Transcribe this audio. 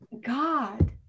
god